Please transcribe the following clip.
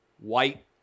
white